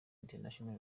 international